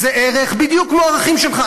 זה ערך בדיוק כמו הערכים שלך.